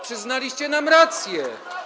Przyznaliście nam rację.